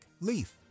Leaf